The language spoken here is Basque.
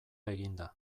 eginda